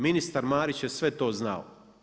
Ministar Marić je sve to znao.